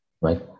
right